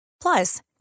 Plus